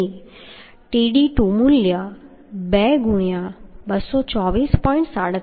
તેથી Tdb2 મૂલ્ય 2 ગુણ્યાં 224